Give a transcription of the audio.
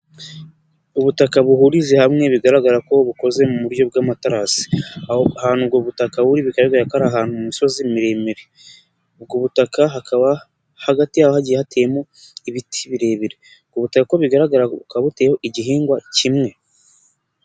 Ubutaka buhurije hamwe bigaragara ko bukoze mu buryo bw'amatarasi, aho ahantu ubwo butaka buri, bikaba bigaragara ko ari ahantu mu misozi miremire, ubwo butaka hakaba hagati yaho hagiye hateyemo ibiti birebire, ubwo butaka uko bigaragara bukaba buteyeho igihingwa kimwe.